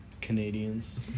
Canadians